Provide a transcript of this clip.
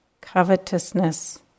covetousness